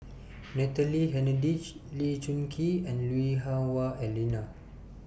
Natalie Hennedige Lee Choon Kee and Lui Hah Wah Elena